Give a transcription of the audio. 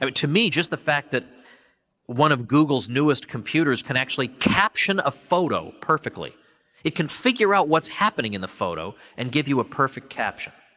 um to me, just the fact that one of google's newest computers can actually caption a photo perfectly it can figure out what's happening in the photo, and give you a perfect caption.